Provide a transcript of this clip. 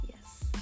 Yes